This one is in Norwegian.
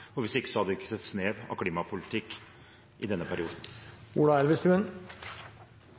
hvis ikke hadde vi ikke sett et snev av klimapolitikk i denne perioden.